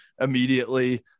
immediately